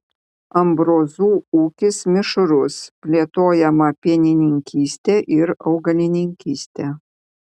ambrozų ūkis mišrus plėtojama pienininkystė ir augalininkystė